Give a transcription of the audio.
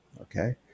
Okay